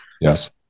Yes